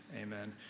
amen